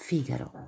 Figaro